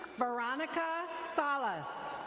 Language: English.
veronica salas.